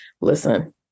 listen